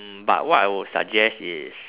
mm but what I would suggest is